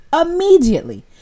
Immediately